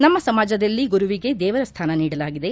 ನಮ್ನ ಸಮಾಜದಲ್ಲಿ ಗುರುವಿಗೆ ದೇವರ ಸ್ಥಾನ ನೀಡಲಾಗಿದೆ